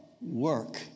work